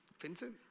Vincent